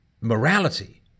morality